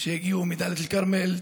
את אלה שהגיעו מדאלית אל-כרמל,